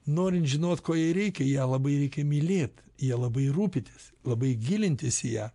norint žinot ko jai reikia ją labai reikia mylėt jie labai rūpitis labai gilintis į ją